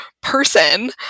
person